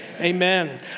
Amen